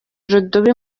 irudubi